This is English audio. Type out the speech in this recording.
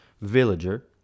villager